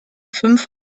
fünf